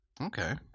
okay